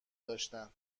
داشتن